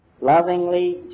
lovingly